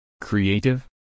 Creative